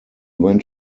went